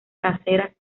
caseras